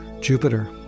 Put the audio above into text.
Jupiter